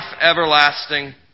everlasting